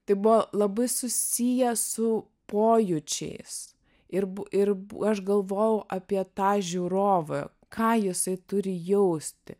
tai buvo labai susiję su pojūčiais ir bu ir aš galvojau apie tą žiūrovą ką jisai turi jausti